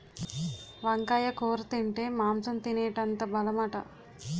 వంకాయ కూర తింటే మాంసం తినేటంత బలమట